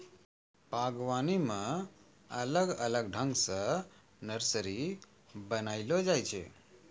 बागवानी मे अलग अलग ठंग से नर्सरी बनाइलो जाय छै